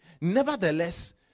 Nevertheless